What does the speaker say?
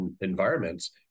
environments